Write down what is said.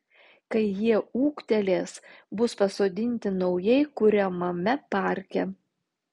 kai jie ūgtelės bus pasodinti naujai kuriamame parke